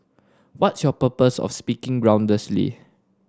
what's your purpose of speaking groundlessly